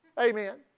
Amen